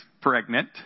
pregnant